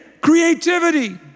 creativity